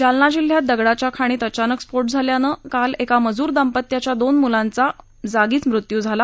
जालना जिल्ह्यात दगडाच्या खाणीत अचानक स्फोट झाल्यानं काल एका मजूर दाम्पत्याच्या दोन मुलांचा जागीच मृत्यू झाला